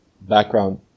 background